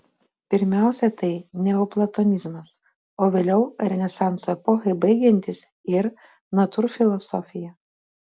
pirmiausia tai neoplatonizmas o vėliau renesanso epochai baigiantis ir natūrfilosofija